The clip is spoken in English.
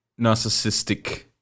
narcissistic